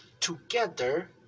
together